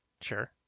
Sure